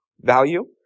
value